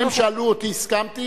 הם שאלו אותי והסכמתי,